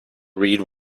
read